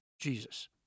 Jesus